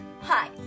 Hi